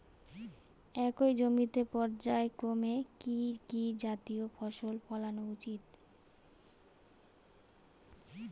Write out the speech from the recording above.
একই জমিতে পর্যায়ক্রমে কি কি জাতীয় ফসল ফলানো উচিৎ?